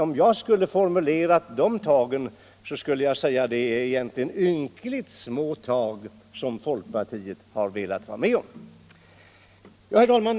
Om jag hade formulerat omdömet, skulle jag ha sagt att det är ynkligt små tag som folkpartiet har velat vara med om.